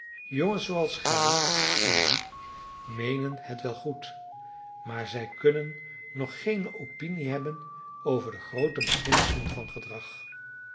jongens zooals gij andy meenen het wel goed maar zij kunnen nog geene opinie hebben over de groote beginselen van gedrag